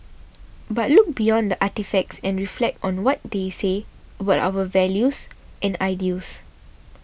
but look beyond the artefacts and reflect on what they say about our values and ideals